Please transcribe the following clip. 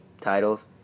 titles